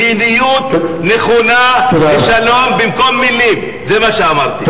מדיניות נכונה לשלום במקום מלים, זה מה שאמרתי.